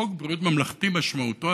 חוק בריאות ממלכתי משמעותו,